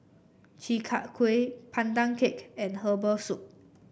Chi Kak Kuih Pandan Cake and Herbal Soup